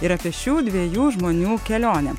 ir apie šių dviejų žmonių kelionę